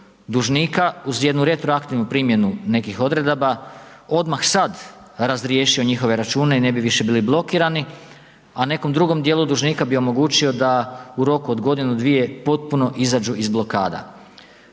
dužnika uz jednu retroaktivnu primjenu nekih odredaba odmah sad razriješio njihove račune i ne bi više bili blokirani, a nekom drugom dijelu dužnika bi omogućio da u roku od godinu, dvije potpuno izađu iz blokada.